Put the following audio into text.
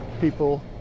people